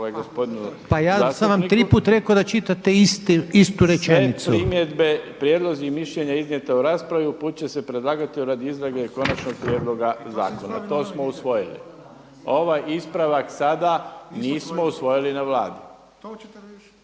Pa ja sam vam tri put rekao da čitate istu rečenicu. **Mrsić,